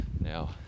Now